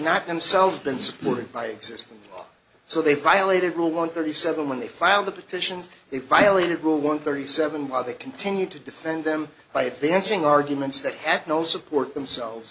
not themselves been supported by existing so they violated rule one thirty seven when they filed the petitions it violated rule one thirty seven while they continued to defend them by advancing arguments that had no support themselves